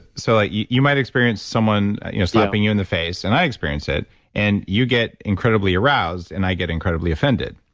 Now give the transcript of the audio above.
so, you you might experience someone you know slapping you in the face and i experienced it and you get incredibly aroused and i get incredibly offended.